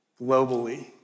globally